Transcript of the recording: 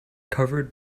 covered